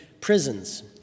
prisons